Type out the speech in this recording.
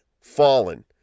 fallen